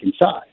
inside